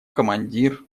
командир